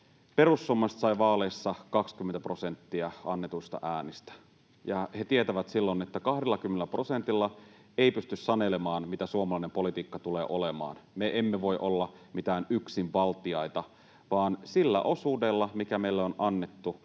perussuomalaiset saivat vaaleissa 20 prosenttia annetuista äänistä. He tietävät silloin, että 20 prosentilla ei pysty sanelemaan, mitä suomalainen politiikka tulee olemaan. Me emme voi olla mitään yksinvaltiaita, vaan sillä osuudella, mikä meille on annettu,